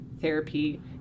therapy